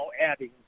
adding